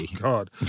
God